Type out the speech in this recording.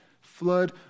flood